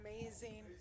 amazing